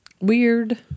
Weird